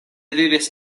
vivis